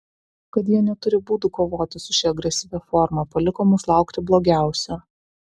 kad jie neturi būdų kovoti su šia agresyvia forma paliko mus laukti blogiausio